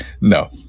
No